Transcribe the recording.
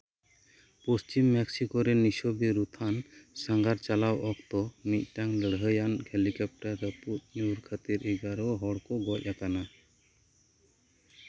ᱯᱚᱥᱪᱷᱤᱢ Mexico ᱨᱮ ᱢᱤᱥᱳᱠᱤ ᱩᱛᱛᱷᱟᱱ ᱥᱟᱸᱜᱷᱟᱨ ᱪᱟᱞᱟᱣ ᱚᱠᱛᱚ ᱢᱤᱫᱴᱟᱝ ᱞᱟᱹᱲᱦᱟᱹᱭ ᱟᱱ ᱦᱮᱞᱤᱠᱮᱯᱴᱟᱨ ᱨᱟᱹᱯᱩᱫ ᱧᱩᱨ ᱠᱟᱛᱮᱫ ᱮᱜᱟᱨᱳ ᱦᱚᱲ ᱠᱚ ᱜᱚᱡ ᱟᱠᱟᱱᱟ